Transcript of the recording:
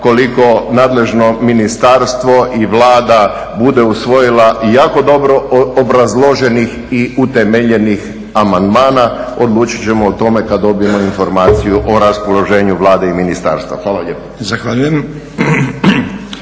koliko nadležno ministarstvo i Vlada bude usvojila, jako dobro obrazloženih i utemeljenih amandmana odlučit ćemo o tome kad dobijemo informaciju o raspoloženju Vlade i ministarstva. Hvala lijepa.